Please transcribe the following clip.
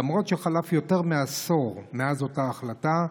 למרות שחלף יותר מעשור מאז אותה החלטה,